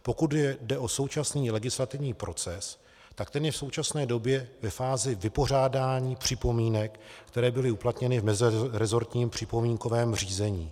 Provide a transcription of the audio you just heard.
Pokud jde o současný legislativní proces, tak ten je v současné době ve fázi vypořádání připomínek, které byly uplatněny v meziresortním připomínkovém řízení.